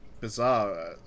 bizarre